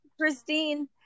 Christine